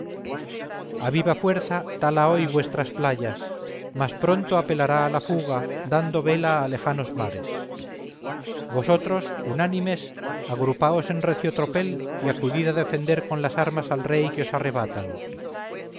viva fuerza tala hoy vuestras playas mas pronto apelará a la fuga dando la vela a lejanos mares vosotros unánimes agrupaos en recio tropel y acudid a defender con las armas al rey que os arrebatan